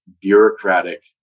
bureaucratic